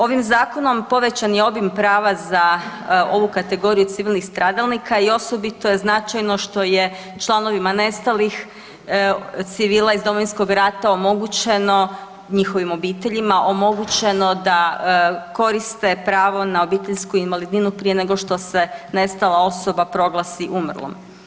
Ovim zakonom povećan je obim prava za ovu kategoriju civilnih stradalnika i osobito je značajno što je članovima nestalih civila iz Domovinskog rata, omogućeno, njihovim obiteljima, omogućeno da koriste pravo na obiteljsku invalidninu prije nego što se nestala osoba proglasi umrlom.